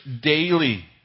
daily